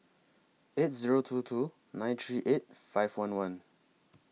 eight Zero two two nine three eight five one one